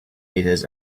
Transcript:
meters